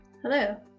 Hello